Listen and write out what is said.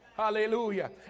Hallelujah